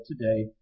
today